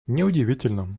неудивительно